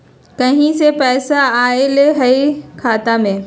कहीं से पैसा आएल हैं खाता में?